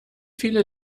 viele